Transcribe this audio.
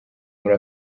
muri